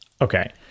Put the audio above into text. Okay